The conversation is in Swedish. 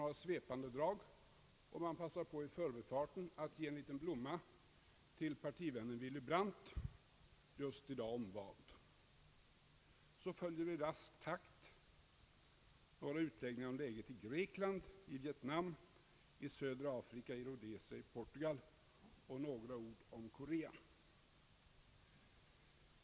Sveriges utrikesoch handelspolitik några svepande drag. Man passar på att i förbifarten ge en liten blomma till partivännen Willy Brandt, just i dag omvald. Så följer i rask takt några utläggningar om läget i Grekland, i Vietnam, i södra Afrika, i Rhodesia och i Portugal samt några ord om Korea.